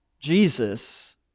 Jesus